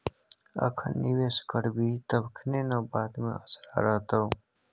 अखन निवेश करभी तखने न बाद मे असरा रहतौ